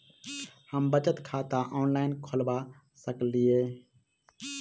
हम बचत खाता ऑनलाइन खोलबा सकलिये?